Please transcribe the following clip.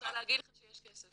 אני רוצה להגיד לך שיש כסף.